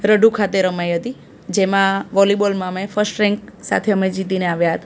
રઢુ ખાતે રમાઈ હતી જેમાં વોલીબોલમાં મેં ફસ્ટ રેન્ક સાથે અમે જીતીને આવ્યા હતા